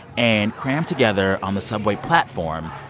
and cramped together on the subway platform,